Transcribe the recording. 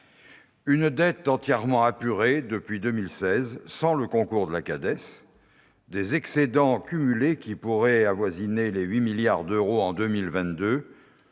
une dette entièrement apurée depuis 2016 sans le concours de la CADES, des excédents cumulés qui pourraient avoisiner les 8 milliards d'euros en 2022,